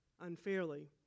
unfairly